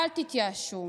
אל תתייאשו.